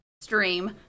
stream